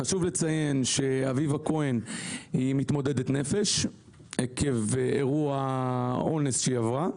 חשוב לציין שאביבה כהן היא מתמודדת נפש עקב אירוע אונס שהיא עברה,